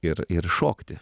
ir ir šokti